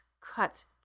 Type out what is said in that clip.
cut